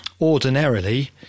ordinarily